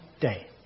day